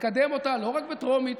נקדם אותה לא רק בטרומית,